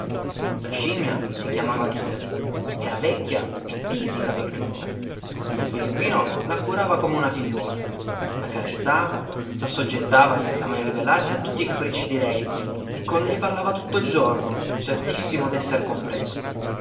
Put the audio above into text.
la scimmia si chiamava tita era vecchia e tisica per giunta don filippino la curava come una figliuola la carezzava s'assoggettava senza mai ribellarsi a tutti i capricci di lei con lei parlava tutto il giorno certissimo d'esser compreso